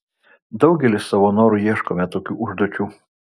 daugelis savo noru ieškome tokių užduočių